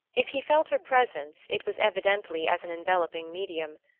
if he felt her presence it was evidently as an enveloping medium,